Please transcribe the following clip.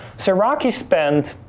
so, rocky spent,